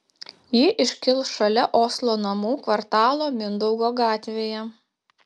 ji iškils šalia oslo namų kvartalo mindaugo gatvėje